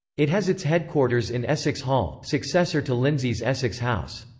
it has its headquarters in essex hall, successor to lindsey's essex house.